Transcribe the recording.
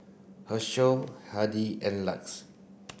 Herschel Hardy and LUX